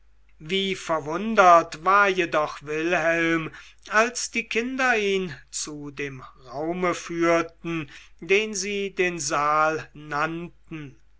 wie verwundert war jedoch wilhelm als die kinder ihn zu dem raume führten den sie den saal nannten